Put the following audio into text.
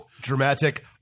dramatic